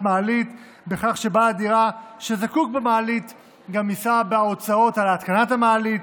מעלית בכך שבעל הדירה שזקוק למעלית גם יישא בהוצאות על התקנת המעלית,